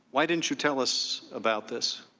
why didn't you tell us about this?